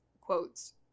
quotes